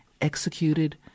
executed